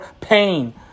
pain